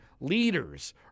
leaders